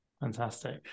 Fantastic